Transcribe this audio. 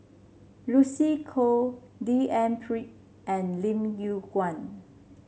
Lucy Koh D N Pritt and Lim Yew Kuan